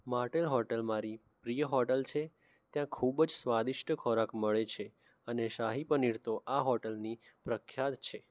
માટેલ hotel મારી પ્રિય hotel છે ત્યાં ખૂબ જ સ્વાદિષ્ટ ખોરાક મળે છે અને શાહી પનીર તો આ હોટલની પ્રખ્યાત છે